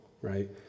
right